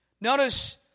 Notice